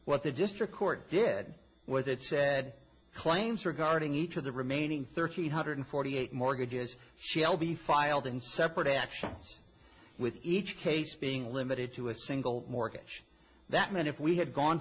what the district court did was it said claims regarding each of the remaining thirty eight hundred forty eight mortgages shelby filed in separate actions with each case being limited to a single mortgage that meant if we had gone